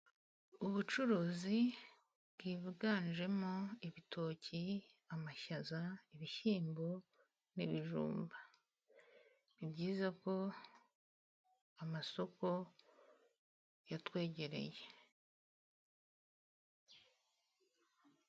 Ubucuruzi bwiganjemo ibitoki, amashyaza, ibishyimbo n'ibijumba ni byiza ko amasoko yatwegereye.